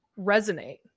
resonate